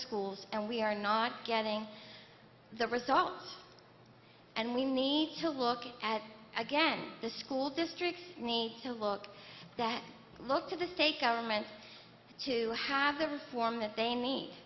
schools and we are not getting the results and we need to look at again the school districts need to look at that look to the state governments to have the reform that they need